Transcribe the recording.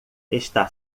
está